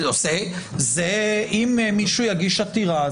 אם מישהו יגיש עתירה,